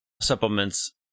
supplements